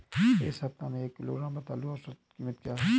इस सप्ताह में एक किलोग्राम रतालू की औसत कीमत क्या है?